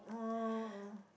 uh